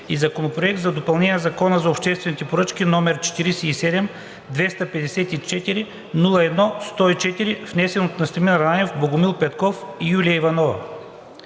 Законопроект за допълнение на Закона за обществените поръчки, № 47-254-01-104, внесен от Настимир Ананиев, Богомил Петков и Юлия Иванова